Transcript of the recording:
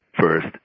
first